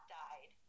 died